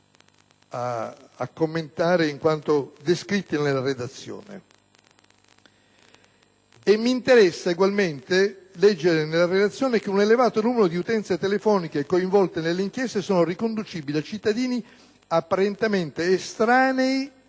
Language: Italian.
a commentare in quanto descritti nella relazione. Mi interessa egualmente leggere nella relazione che un elevato numero di utenze telefoniche coinvolte nelle inchieste sono riconducibili a cittadini apparentemente estranei